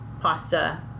pasta